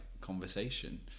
conversation